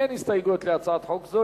אין הסתייגויות להצעת חוק זו.